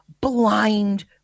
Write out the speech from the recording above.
blind